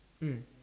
mm